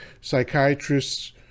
psychiatrists